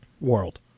World